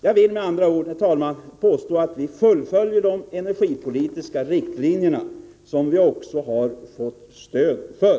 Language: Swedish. Jag vill med andra ord, herr talman, påstå att vi följer de energipolitiska riktlinjer som vi har fått stöd för.